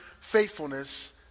faithfulness